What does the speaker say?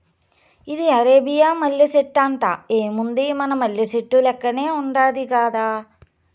ఇది అరేబియా మల్లె సెట్టంట, ఏముంది మన మల్లె సెట్టు లెక్కనే ఉండాది గదా